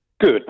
Good